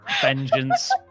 Vengeance